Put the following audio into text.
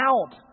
out